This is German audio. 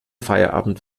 feierabend